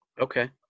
Okay